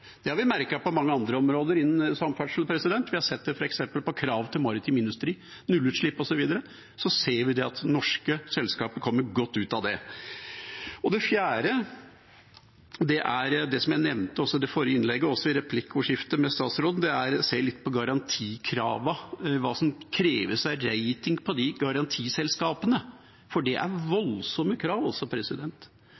Det har vi merket på mange andre områder innen samferdsel. Vi har sett det f.eks. på kravet til maritim industri, nullutslipp osv., at norske selskaper kommer godt ut av det. Det fjerde, som jeg nevnte også i det forrige innlegget og i replikkordskiftet med statsråden, er å se på garantikravene, hva som kreves av rating hos garantiselskapene. Det er